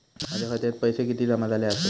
माझ्या खात्यात किती पैसे जमा झाले आसत?